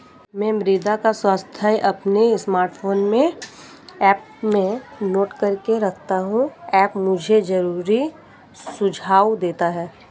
मैं मृदा का स्वास्थ्य अपने स्मार्टफोन में ऐप में नोट करके रखता हूं ऐप मुझे जरूरी सुझाव देता है